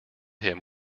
him